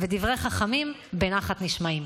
דברי חכמים בנחת נשמעים.